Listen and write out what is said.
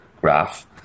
graph